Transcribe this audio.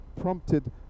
prompted